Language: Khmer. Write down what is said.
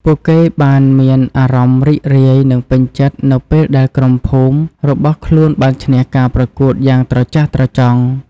ពួកគេបានមានអារម្មណ៍រីករាយនិងពេញចិត្តនៅពេលដែលក្រុមភូមិរបស់ខ្លួនបានឈ្នះការប្រកួតយ៉ាងត្រចះត្រចង់។